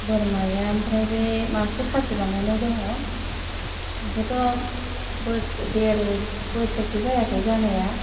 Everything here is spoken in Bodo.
बोरमाया ओमफ्राय बै मासे खासि बानायनाय दङ बेखौथ' बोसोर देर बोसोरसे जायाखै जानाया